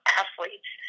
athletes